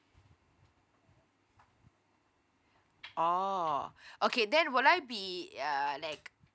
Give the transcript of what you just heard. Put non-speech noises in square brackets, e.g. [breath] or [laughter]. oh [breath] okay then will I be uh like